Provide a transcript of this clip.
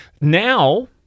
now